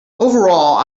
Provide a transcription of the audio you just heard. overall